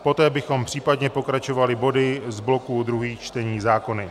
Poté bychom případně pokračovali body z bloku druhých čtení zákony.